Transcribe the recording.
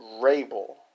Rabel